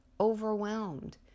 overwhelmed